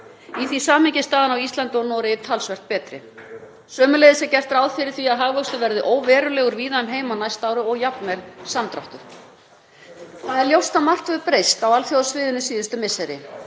Í því samhengi er staðan á Íslandi og í Noregi talsvert betri. Sömuleiðis er gert ráð fyrir því að hagvöxtur verði óverulegur víða um heim á næsta ári og jafnvel samdráttur. Það er ljóst að margt hefur breyst á alþjóðasviðinu síðustu misseri,